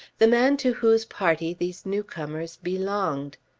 the man to whose party these new-comers belonged.